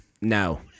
No